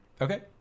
Okay